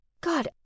God